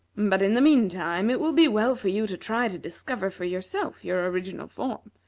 but, in the meantime, it will be well for you to try to discover for yourself your original form,